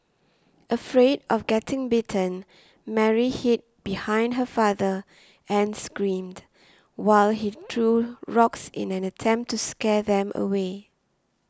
afraid of getting bitten Mary hid behind her father and screamed while he threw rocks in an attempt to scare them away